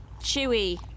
chewy